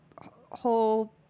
whole